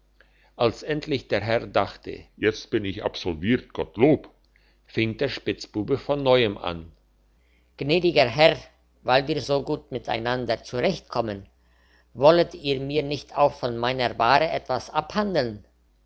als endlich der herr dachte jetzt bin ich absolviert gottlob fing der spitzbube von neuem an gnädiger herr weil wir so gut miteinander zurechtkommen wollet ihr mir nicht auch von meinen waren etwas abhandeln